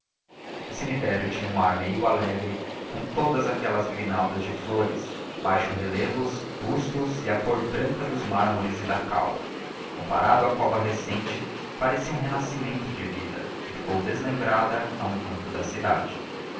o cemitério tinha um ar meio alegre com todas aquelas grinaldas de flores baixos relevos bustos e a cor branca dos mármores e da cal comparado à cova recente parecia um renascimento de vida que ficou deslembrada a um canto da cidade